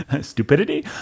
stupidity